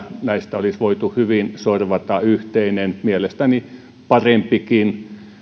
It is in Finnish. näistä olisi voitu hyvin sorvata yhteinen mielestäni parempikin